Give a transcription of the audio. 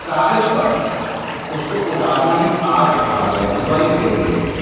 कागज़ पर उसको उतारना ही आर्ट कहा गया है ड्राइंग कही गई है